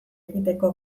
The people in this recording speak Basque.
egiteko